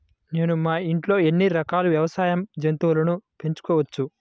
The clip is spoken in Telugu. నేను మా ఇంట్లో ఎన్ని రకాల వ్యవసాయ జంతువులను పెంచుకోవచ్చు?